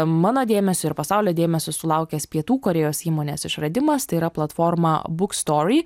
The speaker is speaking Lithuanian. mano dėmesio ir pasaulio dėmesio sulaukęs pietų korėjos įmonės išradimas tai yra platforma book story